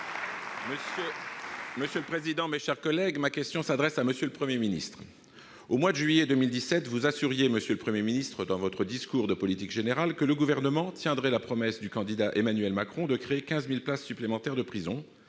pour le groupe Les Républicains. Ma question s'adresse à M. le Premier ministre. Au mois de juillet 2017, vous assuriez, monsieur le Premier ministre, dans votre discours de politique générale, que le Gouvernement tiendrait la promesse du candidat Emmanuel Macron de créer 15 000 places supplémentaires de prison.